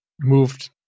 moved